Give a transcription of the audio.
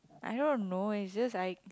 I don't know it's just like